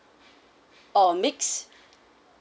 or mix